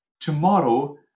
tomorrow